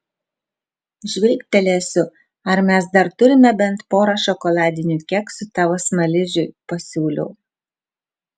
žvilgtelėsiu ar mes dar turime bent porą šokoladinių keksų tavo smaližiui pasiūliau